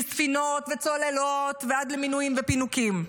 מספינות וצוללות ועד למינויים ופינוקים,